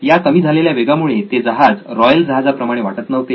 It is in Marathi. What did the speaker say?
या कमी झालेल्या वेगामुळे ते जहाज रॉयल जहाजा प्रमाणे वाटत नव्हते